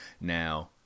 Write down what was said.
now